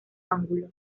ángulo